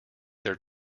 their